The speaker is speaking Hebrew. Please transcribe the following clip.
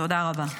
תודה רבה.